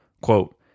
quote